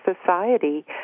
society